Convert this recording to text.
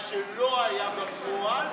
מה שלא היה בפועל,